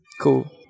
Cool